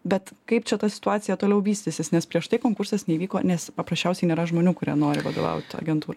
bet kaip čia ta situacija toliau vystysis nes prieš tai konkursas neįvyko nes paprasčiausiai nėra žmonių kurie nori vadovauti agentūrai